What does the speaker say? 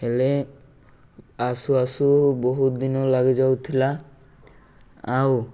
ହେଲେ ଆସୁ ଆସୁ ବହୁତ ଦିନ ଲାଗିଯାଉଥିଲା ଆଉ